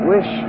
Wish